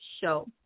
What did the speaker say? show